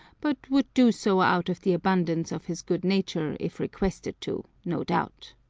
but would do so out of the abundance of his good-nature if requested to, no doubt.